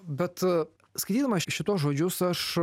bet skaitydamas šituos žodžius aš